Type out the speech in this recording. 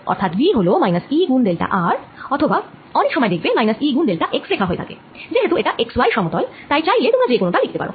অর্থাৎ V হল -E গুন ডেল্টা r অথবা অনেক সময় দেখবে -E গুন ডেল্টা x লেখা হয় যে হেতু এটা x y সমতল তাই চাইলে তোমরা যে কোন টা লিখতে পারো